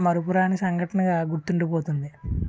మరపురాని సంఘటనగా గుర్తుండిపోతుంది